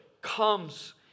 comes